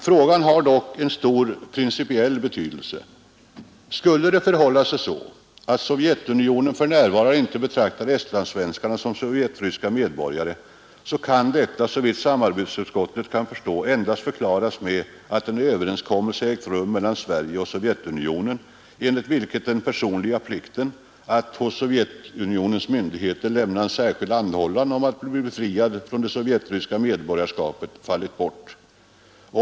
Frågan har dock stor principiell betydelse. Skulle det förhålla sig så, att Sovjetunionen för närvarande icke betraktar estlandssvenskarna såsom sovjetryska medborgare, kan detta, såvitt Samarbetsutskottet kan förstå, endast förklaras med att en överenskommelse ägt rum mellan Sverige och Sovjetunionen, enligt vilken den personliga plikten att hos Sovjetunionens myndigheter lämna särskild anhållan om att bli befriad från det sovjetiska medborgarskapet, fallit bort.